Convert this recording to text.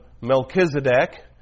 Melchizedek